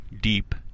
deep